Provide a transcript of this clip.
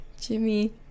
Jimmy